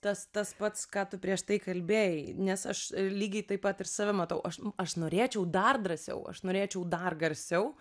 tas tas pats ką tu prieš tai kalbėjai nes aš lygiai taip pat ir save matau aš aš norėčiau dar drąsiau aš norėčiau dar garsiau